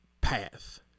path